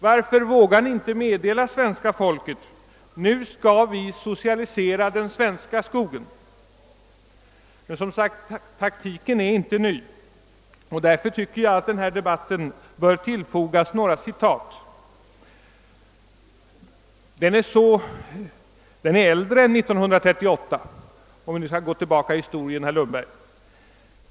Varför vågar ni inte meddela svenska folket, att ni nu skall socialisera den svenska skogen? Men taktiken är som sagt inte ny, och jag tycker därför att denna debatt bör tillföras några citat. Debatten går längre tillbaka än till 1938, om vi nu skall fördjupa oss i historia, herr Lundberg.